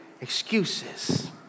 excuses